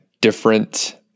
different